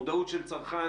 מודעות של צרכן?